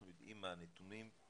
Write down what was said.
אנחנו יודעים מה הנתונים.